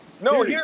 No